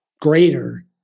greater